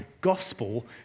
gospel